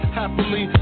happily